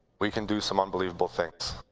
we can do some unbelievable things.